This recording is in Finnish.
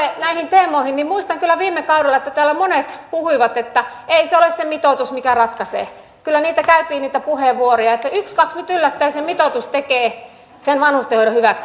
mutta mitä tulee näihin teemoihin niin muistan kyllä että viime kaudella täällä monet puhuivat että ei se ole se mitoitus mikä ratkaisee kyllä käytiin niitä puheenvuoroja ja nyt ykskaks yllättäen se mitoitus tekee sen vanhustenhoidon hyväksi